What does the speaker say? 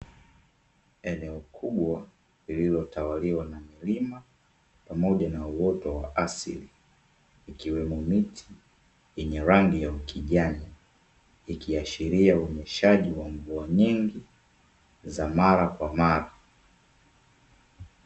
Eneo kubwa lililotawaliwa na milima pamoja na uoto wa asili. Ikiwemo miti yenye rangi ya ukijani ikiashiria unyeshaji wa mvua nyingi za mara kwa mara.